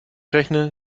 rechne